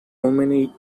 many